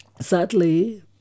sadly